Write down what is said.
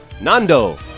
Nando